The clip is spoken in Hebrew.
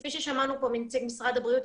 כפי ששמענו פה מנציג משרד הבריאות,